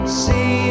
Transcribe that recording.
see